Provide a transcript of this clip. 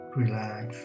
relax